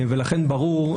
ולכן ברור,